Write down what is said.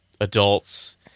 adults